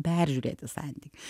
peržiūrėti santykį